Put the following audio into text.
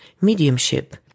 mediumship